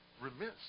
remiss